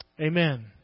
Amen